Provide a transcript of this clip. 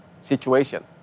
situation